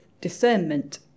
discernment